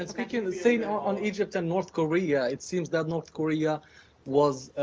and speaking the same on egypt and north korea, it seems that north korea was